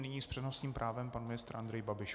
Nyní s přednostním právem pan ministr Andrej Babiš.